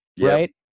right